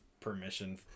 permission